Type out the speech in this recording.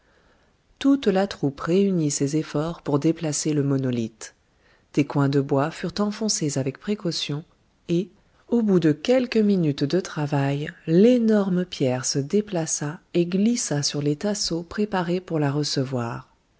toute la troupe réunit ses efforts pour déplacer le monolithe des coins de bois furent enfoncés avec précaution et au bout de quelques minutes de travail l'énorme pierre se déplaça et glissa sur les tasseaux préparés pour la recevoir